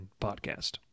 podcast